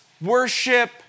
worship